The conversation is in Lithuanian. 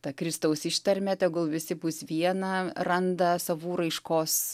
ta kristaus ištarmė tegul visi bus viena randa savų raiškos